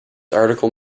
article